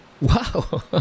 Wow